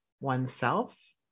oneself